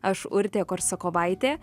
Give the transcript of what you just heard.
aš urtė korsakovaitė